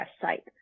site